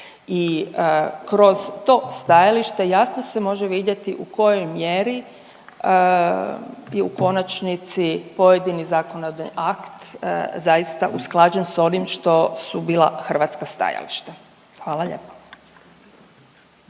i kroz to stajalište jasno se može vidjeti u kojoj mjeri je u konačnici pojedini zakonodavni akt zaista usklađen s onim što su bila hrvatska stajališta, hvala lijepo.